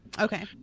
Okay